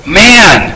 man